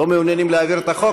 לא מעוניינים להעביר את החוק?